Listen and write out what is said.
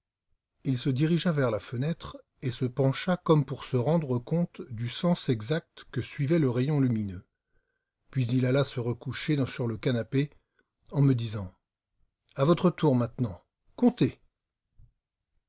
il se dirigea vers la fenêtre et se pencha comme pour se rendre compte du sens exact que suivait le rayon lumineux puis il alla se recoucher sur le canapé en me disant à votre tour maintenant comptez